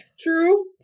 True